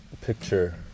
picture